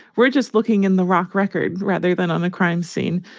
we're just looking in the rock record rather than on the crime scene.